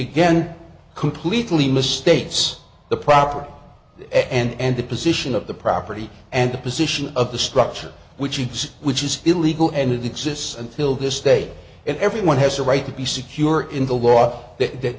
again completely misstates the proper end and the position of the property and the position of the structure which he does which is illegal and it exists until this day and everyone has a right to be secure in the law that